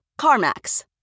CarMax